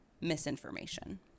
misinformation